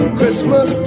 Christmas